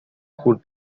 خرد